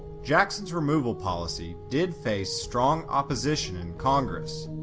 jackson's removal policy did face strong opposition in congress,